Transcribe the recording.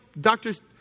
doctors